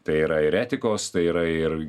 tai yra ir etikos tai yra ir